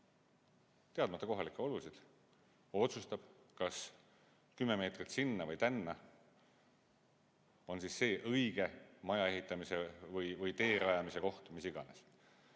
teadmata kohalikke olusid, otsustab, kas 10 meetrit sinna või tänna on siis see õige maja ehitamise või tee rajamise koht, mis iganes.